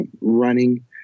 running